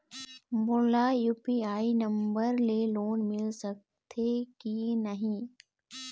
मोला UPI number ले loan मिल सकथे कि नहीं?